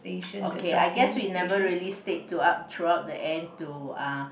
okay I guess we never really stayed throughout throughout the end to uh